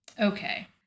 Okay